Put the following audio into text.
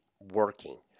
working